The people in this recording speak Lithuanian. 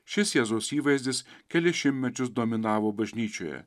šis jėzaus įvaizdis kelis šimtmečius dominavo bažnyčioje